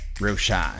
Roshan